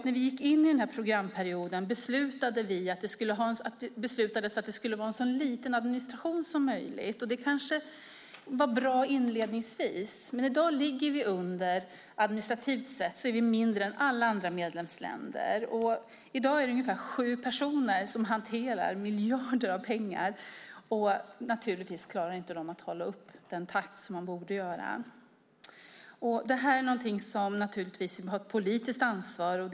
När vi gick in i den här programperioden beslutades det att det skulle vara en så liten administration som möjligt. Det var kanske bra inledningsvis, men i dag är vi administrativt sett mindre än alla andra medlemsländer. I dag är det ungefär sju personer som hanterar miljarder kronor. De klarar naturligtvis inte av att hålla den takt som de borde göra. Det här är något som vi har ett politiskt ansvar för.